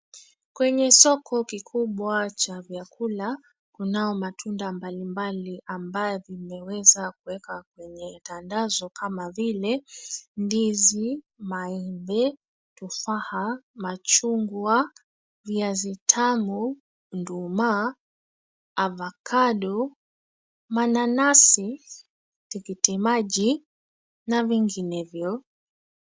Kwenye soko kikubwa cha vyakula kunao matunda mbalimbali ambao vimeweza kuwekwa kwenye tandazo kama vile ndizi, maembe, tufaha, machungwa, viazi tamu, nduma, avocado mananasi, tikitimaji na vinginevyo.